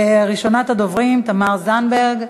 ראשונת הדוברים היא תמר זנדברג.